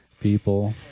people